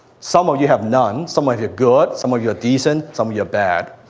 some of you have none. some of you are good. some of you are decent. some of you are bad.